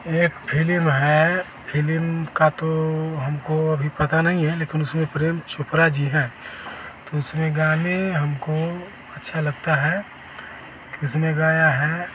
ये फिलिम है फिलिम का तो हमको अभी पता नहीं है लेकिन इसमें प्रेम चोपड़ा जी हैं तो इसमें गाने हमको अच्छा लगता है किसने गाया है